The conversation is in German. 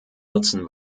nutzen